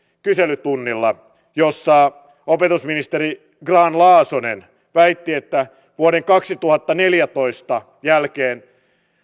kyselytunnilla ja jossa opetusministeri grahn laasonen väitti että vuoden kaksituhattaneljätoista jälkeen